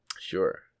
Sure